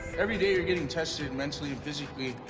everyday you're getting tested mentally and physically.